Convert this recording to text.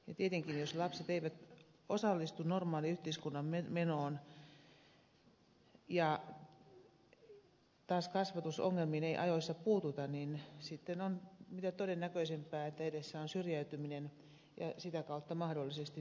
tietenkin jos lapset eivät osallistu normaaliyhteiskunnan menoon ja taas kasvatusongelmiin ei ajoissa puututa niin sitten on mitä todennäköisintä että edessä on syrjäytyminen ja sitä kautta mahdollisesti myös sitten rikoskierre